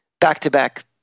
back-to-back